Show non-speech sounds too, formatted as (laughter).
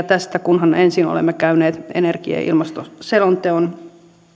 (unintelligible) tästä kunhan ensin olemme käyneet energia ja ilmastoselonteon